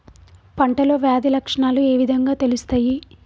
పంటలో వ్యాధి లక్షణాలు ఏ విధంగా తెలుస్తయి?